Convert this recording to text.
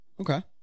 Okay